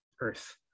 Earth